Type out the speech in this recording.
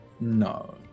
No